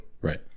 Right